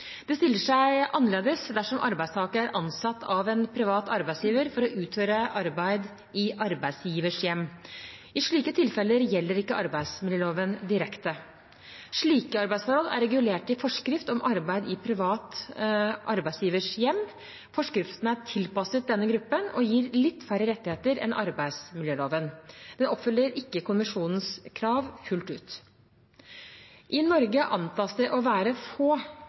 Det stiller seg annerledes dersom arbeidstaker er ansatt av en privat arbeidsgiver for å utføre arbeid i arbeidsgivers hjem. I slike tilfeller gjelder ikke arbeidsmiljøloven direkte. Slike arbeidsforhold er regulert i forskrift om arbeid i privat arbeidsgivers hjem. Forskriften er tilpasset denne gruppen og gir litt færre rettigheter enn arbeidsmiljøloven. Den oppfyller ikke konvensjonens krav fullt ut. I Norge antas det å være få